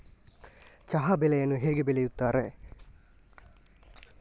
ಚಹಾ ಬೆಳೆಯನ್ನು ಹೇಗೆ ಬೆಳೆಯುತ್ತಾರೆ?